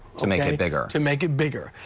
to make it it bigger. to make it bigger,